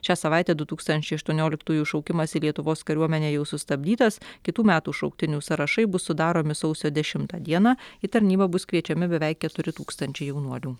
šią savaitę du tūkstančiai aštuonioliktųjų šaukimas į lietuvos kariuomenę jau sustabdytas kitų metų šauktinių sąrašai bus sudaromi sausio dešimtą dieną į tarnybą bus kviečiami beveik keturi tūkstančiai jaunuolių